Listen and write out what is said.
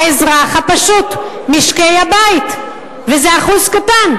האזרח הפשוט, משקי-הבית, וזה אחוז קטן.